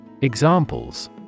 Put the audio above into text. Examples